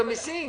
נכון.